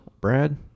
Brad